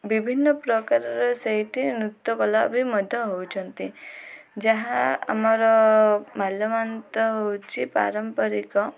ବିଭିନ୍ନ ପ୍ରକାରର ସେଇଠି ନୃତ୍ୟକଳା ବି ମଧ୍ୟ ହେଉଛନ୍ତି ଯାହା ଆମର ମାଲ୍ୟବନ୍ତ ହେଉଛି ପାରମ୍ପରିକ